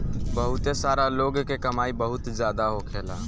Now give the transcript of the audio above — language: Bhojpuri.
बहुते सारा लोग के कमाई बहुत जादा होखेला